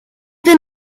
been